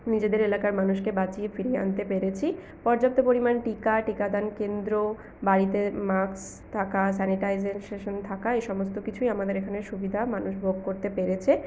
নিজেদের এলাকার মানুষকে বাঁচিয়ে ফিরিয়ে আনতে পেরেছি পর্যাপ্ত পরিমাণ টিকা টিকাদান কেন্দ্র বাড়িতে মাস্ক থাকা স্যানিটাইজেজেশন থাকা এ সমস্ত কিছুই আমাদের এখানে সুবিধা মানুষ ভোগ করতে পেরেছে